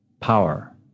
power